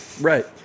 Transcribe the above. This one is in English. Right